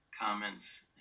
comments